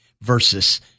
versus